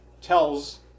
tells